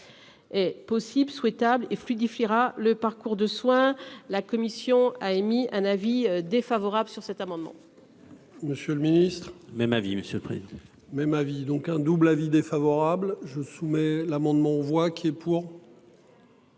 Est possible, souhaitable et fluidifier ira le parcours de soins. La commission a émis un avis défavorable sur cet amendement. Monsieur le Ministre même avis Monsieur Prix. Même avis donc un double avis défavorable je soumets l'amendement voit qui est pour.